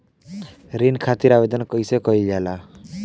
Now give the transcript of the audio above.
ऋण खातिर आवेदन कैसे कयील जाला?